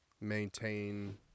maintain